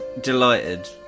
delighted